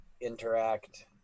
interact